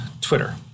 Twitter